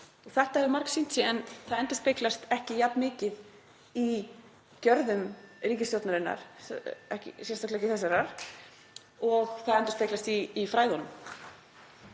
það hefur margsýnt sig. En það endurspeglast ekki jafnmikið í gjörðum ríkisstjórnarinnar, sérstaklega ekki þessarar, og það endurspeglast í fræðunum.